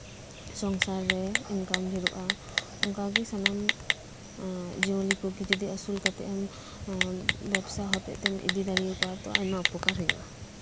ᱥᱚᱝᱥᱟᱨ ᱨᱮ ᱤᱱᱠᱟᱢ ᱰᱷᱮᱨᱚᱜᱼᱟ ᱚᱱᱠᱟᱜᱮ ᱡᱚᱫᱤ ᱥᱟᱱᱟᱢ ᱡᱤᱭᱟᱹᱞᱤ ᱠᱚᱜᱮ ᱟᱹᱥᱩᱞ ᱠᱟᱛᱮᱜ ᱮᱢ ᱵᱮᱵᱽᱥᱟ ᱦᱚᱛᱮ ᱛᱮᱢ ᱤᱫᱤ ᱫᱟᱲᱮᱭᱟᱠᱚᱣᱟ ᱛᱚ ᱟᱭᱢᱟ ᱩᱯᱚᱠᱟᱨ ᱦᱩᱭᱩᱜᱼᱟ